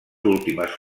últimes